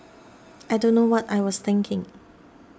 I don't know what I was thinking